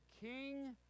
king